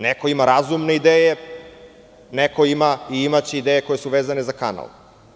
Neko ima razumne ideje, a neko ima i imaće ideje koje su vezane za kanal.